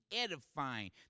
edifying